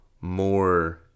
more